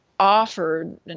offered